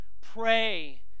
Pray